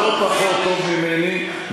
לא פחות טוב ממני.